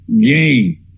game